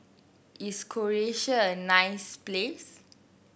is Croatia a nice place